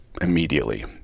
immediately